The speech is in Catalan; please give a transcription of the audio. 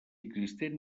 existent